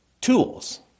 tools